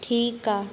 ठीकु आहे